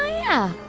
yeah,